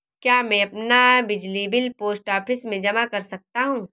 क्या मैं अपना बिजली बिल पोस्ट ऑफिस में जमा कर सकता हूँ?